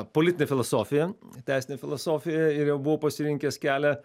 politine filosofija teisine filosofija ir jau buvau pasirinkęs kelią